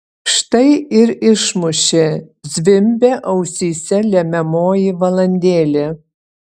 štai ir išmušė zvimbia ausyse lemiamoji valandėlė